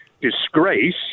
disgrace